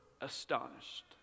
astonished